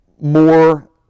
more